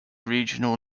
regional